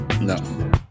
no